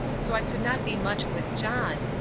so i could not be much with john,